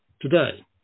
today